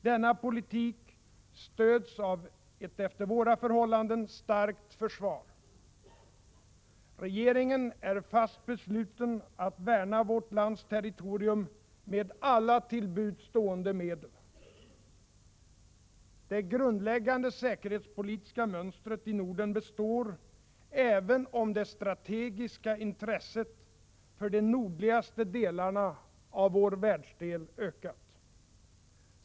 Denna politik stöds av ett efter våra förhållanden starkt försvar. Regeringen är fast besluten att värna vårt lands territorium med alla till buds stående medel. Det grundläggande säkerhetspolitiska mönstret i Norden består även om det strategiska intresset för de nordligaste delarna av vår världsdel ökat.